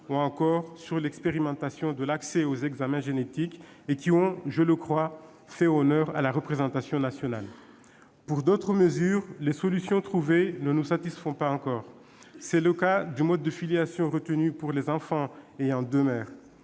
ou encore sur l'expérimentation de l'accès aux examens génétiques. Ils ont, je le crois, fait honneur à la représentation nationale. Pour d'autres mesures, les solutions trouvées ne nous satisfont pas encore. C'est le cas du mode de filiation retenu pour les enfants ayant deux mères.